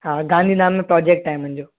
हा गांधी धाम में प्रोजेक्ट आहे मुंहिंजो